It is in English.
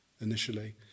initially